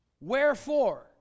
Wherefore